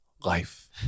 Life